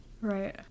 Right